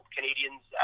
Canadians